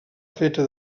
feta